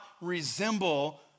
resemble